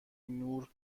نور